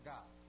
God